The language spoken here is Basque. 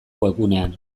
webgunean